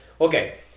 Okay